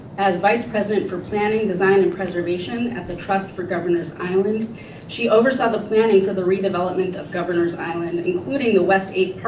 as vice president for planning, and preservation at the trust for governors island she oversaw the planning for the redevelopment of governors island including the west eight park